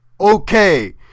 okay